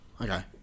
Okay